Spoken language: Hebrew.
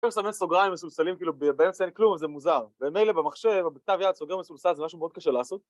‫אפשר לסמן סוגריים מסולסלים, ‫כאילו באמצע אין כלום, זה מוזר. ‫ומילא במחשב, או בכתב יד, סוגר ‫מסולסל זה משהו מאוד קשה לעשות.